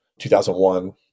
2001